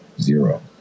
zero